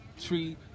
Tree